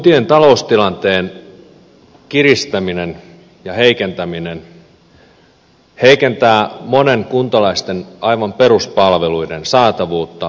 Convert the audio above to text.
kuntien taloustilanteen kiristäminen ja heikentäminen heikentävät monen kuntalaisen aivan peruspalveluiden saatavuutta ja tasoa